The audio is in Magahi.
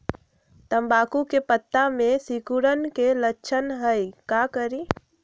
तम्बाकू के पत्ता में सिकुड़न के लक्षण हई का करी?